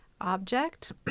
object